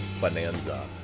bonanza